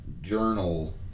journal